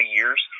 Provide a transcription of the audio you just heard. years